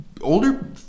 older